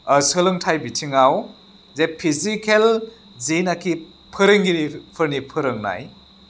सोलोंथाइ बिथिङाव जे फिजिकेल जेनाखि फोरोंगिरिफोरनि फोरोंनाय